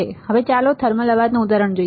હવે ચાલો થર્મલ અવાજનું ઉદાહરણ જોઈએ